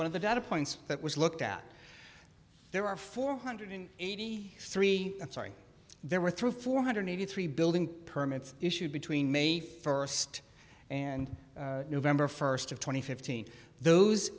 one of the data points that was looked at there are four hundred eighty three i'm sorry there were through four hundred eighty three building permits issued between may first and november first of twenty fifteen those